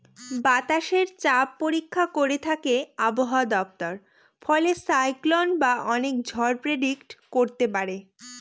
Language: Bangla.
বাতাসের চাপ পরীক্ষা করে থাকে আবহাওয়া দপ্তর ফলে সাইক্লন বা অনেক ঝড় প্রেডিক্ট করতে পারে